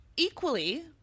Equally